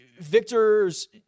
Victor's